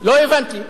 לא הבנתי.